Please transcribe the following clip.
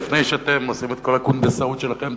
לפני שאתם עושים את כל הקונדסות שלכם,